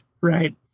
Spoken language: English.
right